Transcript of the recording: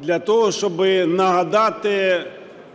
для того, щоби нагадати